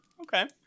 okay